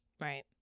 right